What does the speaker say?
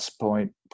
point